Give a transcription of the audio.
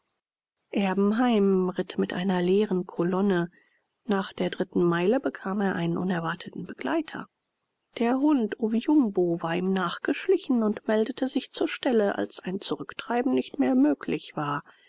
erbenheim ritt mit einer leeren kolonne nach der dritten meile bekam er einen unerwarteten begleiter der hund oviumbo war ihm nachgeschlichen und meldete sich zur stelle als ein zurücktreiben nicht mehr möglich war